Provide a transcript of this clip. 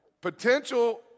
Potential